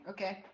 Okay